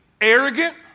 arrogant